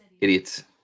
Idiots